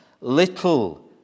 little